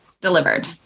delivered